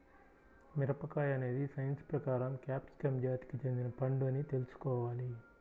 మిరపకాయ అనేది సైన్స్ ప్రకారం క్యాప్సికమ్ జాతికి చెందిన పండు అని తెల్సుకోవాలి